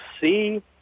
see